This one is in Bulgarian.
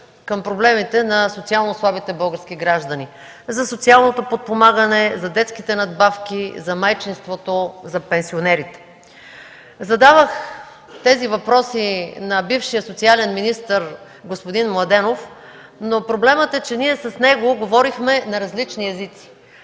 към проблемите на социално слабите български граждани – за социалното подпомагане, за детските надбавки, за майчинството, за пенсионерите. Задавах тези въпроси на бившия социален министър господин Младенов, но проблемът е, че ние с него говорехме на различни езици.